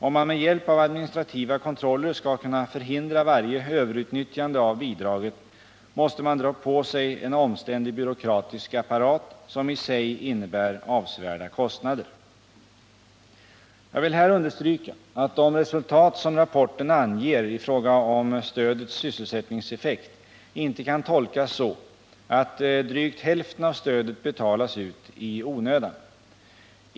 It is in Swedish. Om man med hjälp av administrativa kontroller skall kunna förhindra varje överutnyttjande av bidraget måste man dra på sig en omständlig byråkratisk apparat som i sig innebär avsevärda kostnader. Jag vill här understryka att de resultat som rapporten anger i fråga om stödets sysselsättningseffekt inte kan tolkas så att drygt hälften av stödet betalas ut i onödan.